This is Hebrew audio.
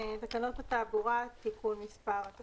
"תקנות תעבורה (תיקון מס' ____),